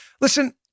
Listen